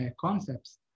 concepts